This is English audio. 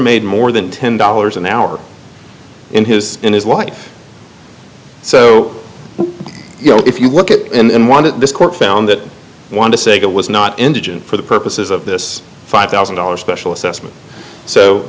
made more than ten dollars an hour in his own his wife so you know if you look at him wanted this court found that one to say that was not indigent for the purposes of this five thousand dollars special assessment so